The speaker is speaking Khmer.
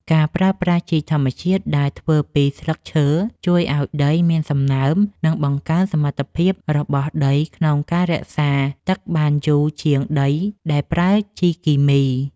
ការប្រើប្រាស់ជីធម្មជាតិដែលធ្វើពីស្លឹកឈើជួយឱ្យដីមានសំណើម និងបង្កើនសមត្ថភាពរបស់ដីក្នុងការរក្សាទឹកបានយូរជាងដីដែលប្រើជីគីមី។